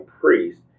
priest